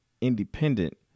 independent